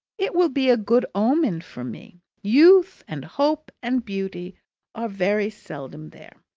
it will be a good omen for me. youth, and hope, and beauty are very seldom there.